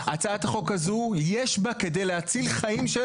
הצעת החוק הזו יש בה כדי להציל חיים של